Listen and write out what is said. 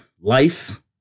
life